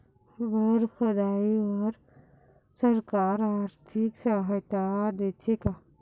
Bore खोदाई बर सरकार आरथिक सहायता देथे का?